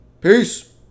Peace